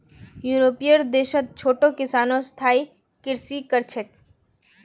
यूरोपीय देशत छोटो किसानो स्थायी कृषि कर छेक